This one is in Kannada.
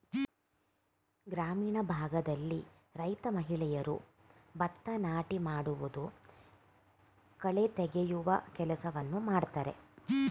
ಗ್ರಾಮೀಣ ಭಾಗದಲ್ಲಿ ರೈತ ಮಹಿಳೆಯರು ಭತ್ತ ನಾಟಿ ಮಾಡುವುದು, ಕಳೆ ತೆಗೆಯುವ ಕೆಲಸವನ್ನು ಮಾಡ್ತರೆ